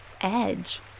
edge